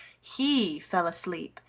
he fell asleep,